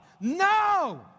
No